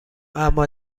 اما